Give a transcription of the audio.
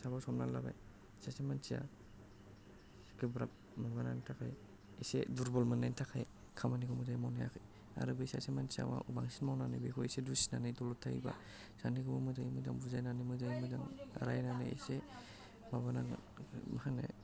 suppose हमनानै लाबाय सासे मानसिया गोब्राब माबानायनि थाखाय एसे दुरबल मोननायनि थाखाय खामानिखौ मोजाङै मावनो हायाखै आरो बै सासे मानसिया बांसिन मावनानै बेखौ दुसिनानै दलद थायोबा सानैखौबो मोजाङै मोजां बुजायनानै मोजाङै मोजां रायलायनानै एसे माबानानै मा होनो बिदिखौ